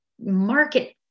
market